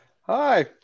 hi